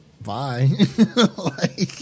bye